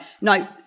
no